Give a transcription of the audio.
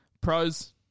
pros